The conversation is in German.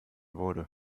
wurde